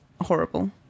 horrible